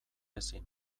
ezin